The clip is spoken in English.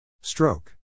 Stroke